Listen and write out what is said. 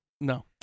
No